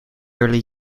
early